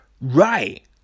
Right